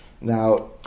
Now